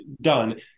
done